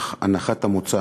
אך הנחת המוצא